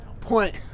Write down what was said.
point